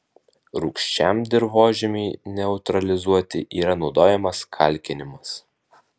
rūgščiam dirvožemiui neutralizuoti yra naudojamos kalkinimas